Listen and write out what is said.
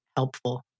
helpful